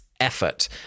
Effort